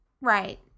right